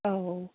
औ